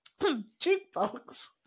jukebox